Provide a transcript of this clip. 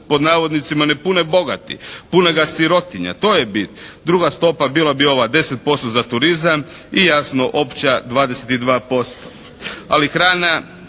PDV u pravilu "ne pune bogati, puni ga sirotinja", to je bit. Druga stopa bila bi ova 10% za turizam i jasno opća 22%. Ali hrana